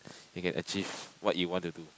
you can achieve what you want to do